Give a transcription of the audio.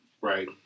right